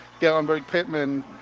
Gallenberg-Pittman